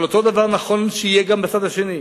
אבל אותו דבר נכון שיהיה גם בצד השני.